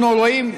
אנחנו רואים,